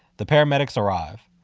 the paramedics arrive.